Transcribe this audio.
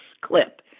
clip